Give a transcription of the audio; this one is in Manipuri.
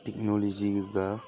ꯇꯦꯛꯅꯣꯂꯣꯖꯤꯒ